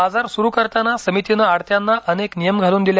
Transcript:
बाजार सुरु करताना समितीनं आडत्यांना अनेक नियम घालून दिले